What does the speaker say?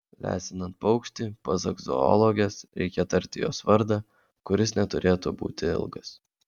lesinant paukštį pasak zoologės reikia tarti jos vardą kuris neturėtų būti ilgas